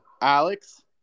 Alex